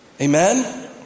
Amen